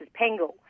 Pengel